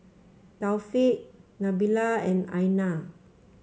Taufik Nabila and Aina